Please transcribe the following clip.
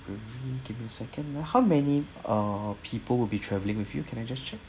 you give me a second ah how many uh people will be travelling with you can I just check